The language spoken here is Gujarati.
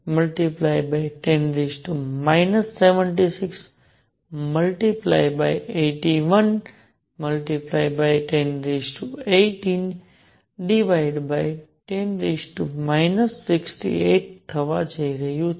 6×10 76 81×101810 68 થવા જઈ રહ્યું છે